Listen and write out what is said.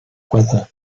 weather